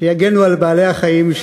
שיגנו על בעלי-החיים.